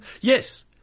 Yes